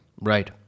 Right